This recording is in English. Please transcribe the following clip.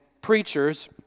preachers